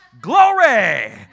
Glory